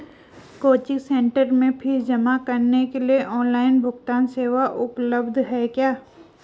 Coaching centre में fees जमा करने के लिए ऑनलाइन भुगतान सेवा उपलब्ध है क्या?